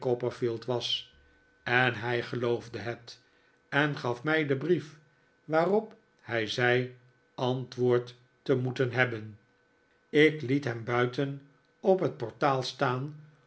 copperfield was en hij geloofde het en gaf mij den brief waarop hij zei antwoord te moeten hebben ik liet hem buiten op het portaal staan